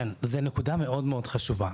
זו נקודה מאוד חשובה.